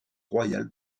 royal